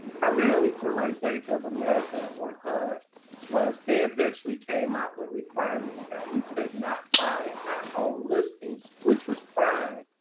primarily for like bank of america or hud was they eventually came out with requirements that we could not buy our own listings, which was fine.